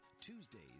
tuesdays